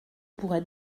pourrai